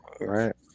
Right